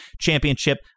Championship